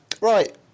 Right